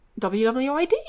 WWID